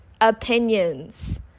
opinions